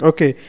Okay